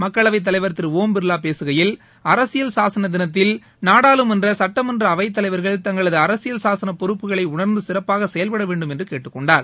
மக்களவைத் தலைவர் திரு ஒம் பிர்வா பேசுகையில் அரசியல் சாசன தினத்தில் நாடாளுமன்ற சட்டமன்ற அவைத் தலைவர்கள் தங்களது அரசியல் சாசன பொறுப்புகளை உணர்ந்து சிறப்பாக செயல்பட வேண்டும் என்று கேட்டுக் கொண்டார்